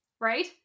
Right